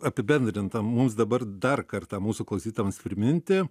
apibendrint tą mums dabar dar kartą mūsų klausytojams priminti